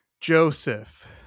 Joseph